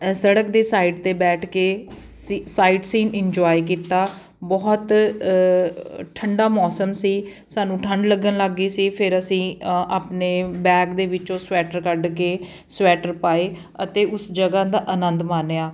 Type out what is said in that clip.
ਸੜਕ ਦੇ ਸਾਈਡ 'ਤੇ ਬੈਠ ਕੇ ਸੀ ਸਾਈਟਸੀਨ ਇੰਜੋਏ ਕੀਤਾ ਬਹੁਤ ਠੰਡਾ ਮੌਸਮ ਸੀ ਸਾਨੂੰ ਠੰਡ ਲੱਗਣ ਲੱਗ ਗਈ ਸੀ ਫਿਰ ਅਸੀਂ ਆਪਣੇ ਬੈਗ ਦੇ ਵਿੱਚੋਂ ਸਵੈਟਰ ਕੱਢ ਕੇ ਸਵੈਟਰ ਪਾਏ ਅਤੇ ਉਸ ਜਗ੍ਹਾ ਦਾ ਆਨੰਦ ਮਾਣਿਆ